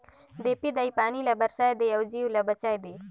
देपी दाई पानी बरसाए दे अउ जीव ल बचाए दे